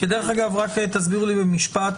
דרך אגב, רק תסבירו לי במשפט